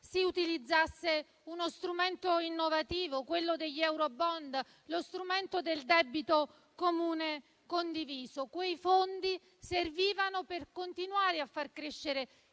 si utilizzasse uno strumento innovativo, gli eurobond, lo strumento del debito comune condiviso. Quei fondi servivano a continuare a far crescere